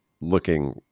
looking